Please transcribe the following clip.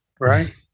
Right